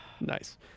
Nice